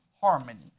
harmony